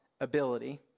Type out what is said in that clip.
ability